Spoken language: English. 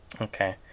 Okay